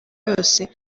yose